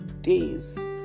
days